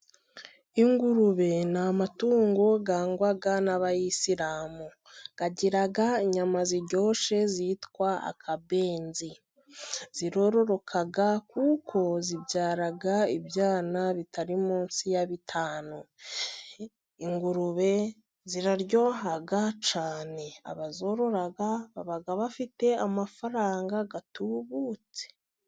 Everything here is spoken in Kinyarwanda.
Ingurube ni amatungo yangwa n'Abayisilamu, agira inyama ziryoshye zitwa Akabenzi, zirororoka kuko zibyara ibyana bitari munsi ya bitanu .Ingurube ziraryoha cyane ,abazorora baba bafite amafaranga atubutse.